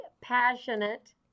passionate